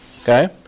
Okay